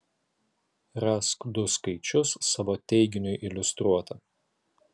rask du skaičius savo teiginiui iliustruoti